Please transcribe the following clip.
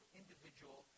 individual